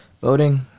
Voting